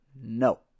No